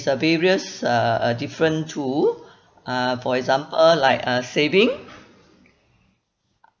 various uh uh different tool uh for example like uh saving